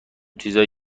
چیزای